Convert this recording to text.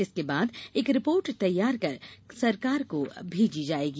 इसके बाद एक रिपोर्ट तैयार कर सरकार को भेजी जाएगी